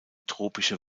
tropische